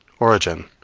origen,